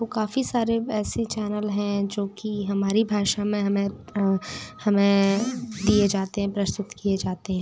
वो काफ़ी सारे ऐसे चैनल हैं जो कि हमारी भाषा में हमें हमें दिए जाते हैं प्रस्तुत किए जाते हैं